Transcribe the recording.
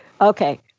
Okay